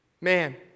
Man